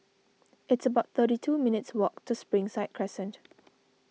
it's about thirty two minutes' walk to Springside Crescent